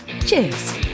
cheers